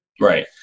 Right